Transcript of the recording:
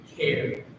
care